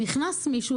נכנס מישהו